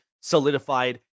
solidified